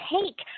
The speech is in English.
take